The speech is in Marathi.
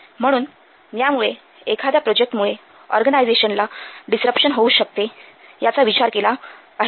म्हणून यामुळे एखाद्या प्रोजेक्टमुळे ऑर्गनायझेशनला डिसरपशन होऊ शकते याचा विचार केला पाहिजे